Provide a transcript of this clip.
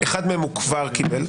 אחד מהם הוא כבר קיבל.